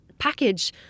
package